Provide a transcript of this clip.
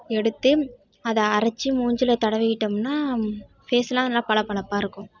எடுத்து அதை அரைச்சி மூஞ்சியில தடவிக்கிட்டோம்னால் ஃபேஸ்லாம் நல்லா பளபளப்பாகருக்கும்